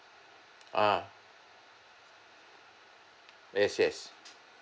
ah yes yes